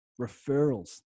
referrals